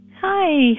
Hi